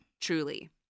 truly